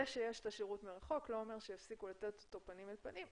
זה שיש את השירות מרחוק לא אומר שיפסיקו אותו פנים אל פנים.